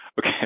Okay